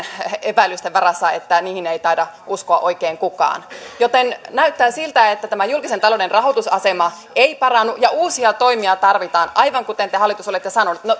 epäilysten varassa että niihin ei taida uskoa oikein kukaan joten näyttää siltä että julkisen talouden rahoitusasema ei parannu ja uusia toimia tarvitaan aivan kuten te hallitus olette sanoneet